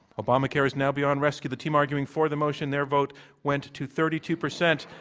obamacare is now beyond rescue. the team arguing for the motion, their vote went to thirty two percent.